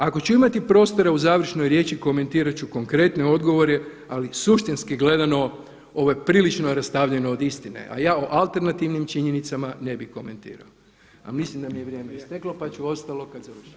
Ako ću imati prostora u završnoj riječi komentirat ću konkretne odgovore, ali suštinski gledano ovo je prilično rastavljeno od istine, a ja o alternativnim činjenicama ne bih komentirao, a mislim da mi je vrijeme isteklo pa ću ostalo kad završavam.